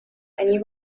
any